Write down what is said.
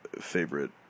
favorite